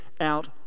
out